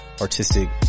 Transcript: artistic